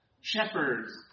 shepherds